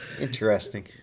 Interesting